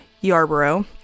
Yarborough